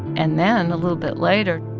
and then a little bit later,